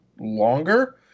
longer